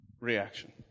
reaction